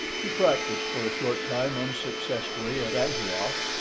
he practised for a short time unsuccessfully at antioch,